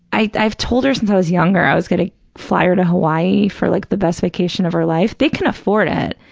i've told her since i was younger i was going to fly her to hawaii for like the best vacation of her life. they can afford it,